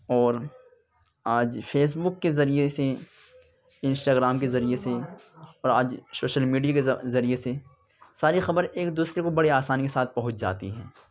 اور آج Facebook کے ذریعے سے انسٹاگرام کے ذریعے سے اور آج سوشل میڈیا کے ذریعے سے ساری خبر ایک دوسرے کو بڑی آسانی کے ساتھ پہنچ جاتی ہیں